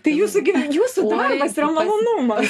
tai jūsų gyven jūsų darbas yra malonumas